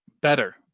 better